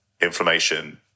inflammation